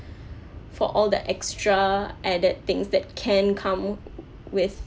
for all the extra added things that can come with